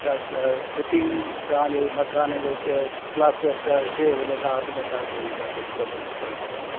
छा फिटिंग तव्हांजी मकान जो उते प्लास्टर त थे उन खां अॻ में तव्हांखे इहे सभु कुझु कमप्लीट करिणो पवंदो